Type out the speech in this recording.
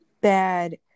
bad